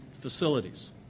facilities